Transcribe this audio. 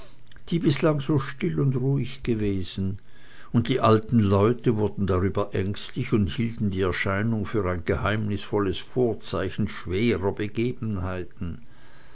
die bislang so still und ruhig gewesen und die alten leute wurden darüber ängstlich und hielten die erscheinung für ein geheimnisvolles vorzeichen schwerer begebenheiten